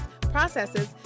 processes